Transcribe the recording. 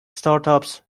startups